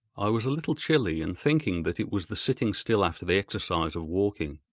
i was a little chilly, and, thinking that it was the sitting still after the exercise of walking,